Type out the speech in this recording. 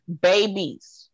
babies